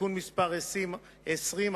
(תיקון מס' 20),